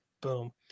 Boom